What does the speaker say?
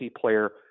player